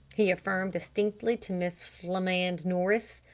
he affirmed distinctly to miss flamande nourice.